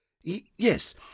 Yes